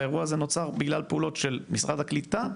האירוע הזה נוצר בגלל פעולות של משרד הקליטה,